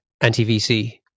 anti-VC